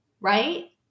right